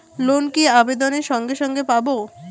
Loan কি আবেদনের সঙ্গে সঙ্গে পাব?